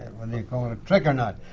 whether you call it a trick or not.